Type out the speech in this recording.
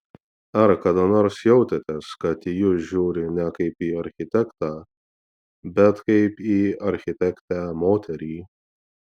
ar kada nors jautėtės kad į jūs žiūri ne kaip į architektą bet kaip į architektę moterį